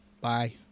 Bye